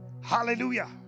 hallelujah